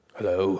Hello